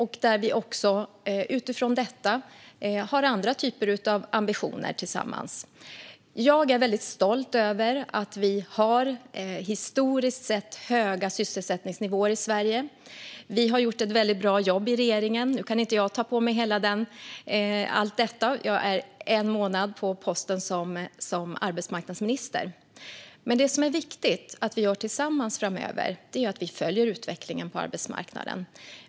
Utifrån detta har vi tillsammans andra typer av ambitioner. Jag är stolt över att Sverige har historiskt sett höga sysselsättningsnivåer. Regeringen har gjort ett bra jobb. Jag kan dock inte ta åt mig äran eftersom jag är ny på posten sedan en månad. Det viktiga är att vi framöver följer utvecklingen på arbetsmarknaden.